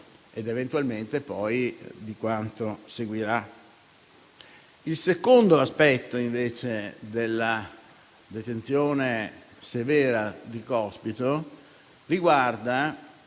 ed eventualmente poi di quanto seguirà. Il secondo aspetto invece della detenzione severa di Cospito riguarda